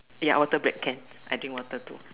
ya water break can I drink water too